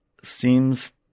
Seems